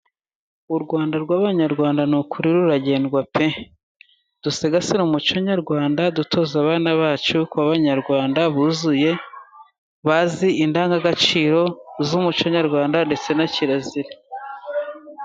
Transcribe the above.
U Rwanda rw'abanyarwanda nukuri ruragendwa pe! dusigasire umuco Nyarwanda dutoza abana bacu, kuba abanyarwanda buzuye, bazi indangagaciro z'umuco Nyarwanda ndetse na kirazira.